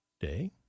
Day